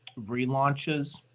relaunches